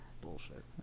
Bullshit